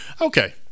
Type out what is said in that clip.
okay